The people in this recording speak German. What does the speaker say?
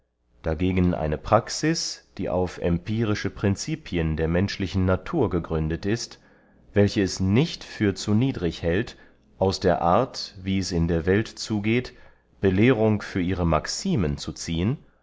dagegen eine praxis die auf empirische principien der menschlichen natur gegründet ist welche es nicht für zu niedrig hält aus der art wie es in der welt zugeht belehrung für ihre maximen zu ziehen